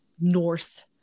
Norse